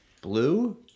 blue